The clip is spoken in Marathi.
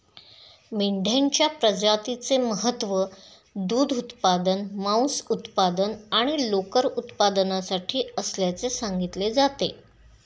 मेंढ्यांच्या प्रजातीचे महत्त्व दूध उत्पादन, मांस उत्पादन आणि लोकर उत्पादनासाठी असल्याचे सांगितले जाते